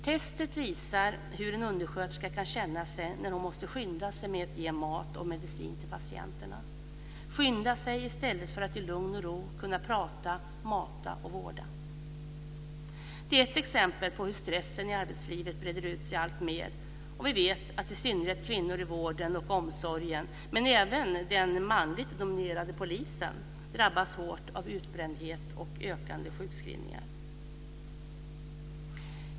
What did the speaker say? Testet visar hur en undersköterska kan känna sig när hon måste skynda sig med att ge mat och medicin till patienterna, skynda sig i stället för att i lugn och ro kunna prata, mata och vårda. Det är ett exempel på hur stressen i arbetslivet breder ut sig alltmer. Vi vet att i synnerhet kvinnor i vården och omsorgen, men även den manligt dominerade polisen, drabbas hårt av utbrändhet och ökande sjukskrivningar.